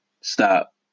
Stop